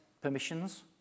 permissions